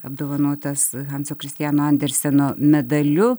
apdovanotas hanso kristiano anderseno medaliu